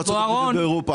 בארצות הברית ובאירופה.